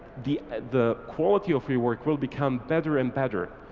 the the quality of your work will become better and better,